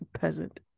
peasant